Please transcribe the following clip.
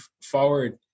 forward